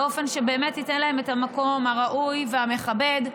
באופן שבאמת ייתן להם את המקום הראוי והמכבד.